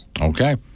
Okay